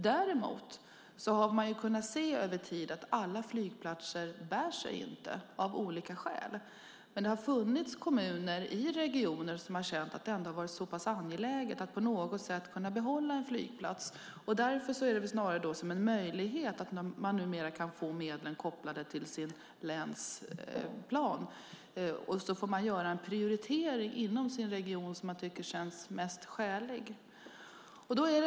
Däremot har man kunnat se att inte alla flygplatser bär sig av olika skäl. Det har funnits regioner där kommunerna har känt att det har varit angeläget att på något sätt kunna behålla en flygplats. Därför är det snarast en möjlighet att man numera kan få medlen kopplade till sin länsplan och kan göra den prioritering inom sin region som man tycker känns mest skälig.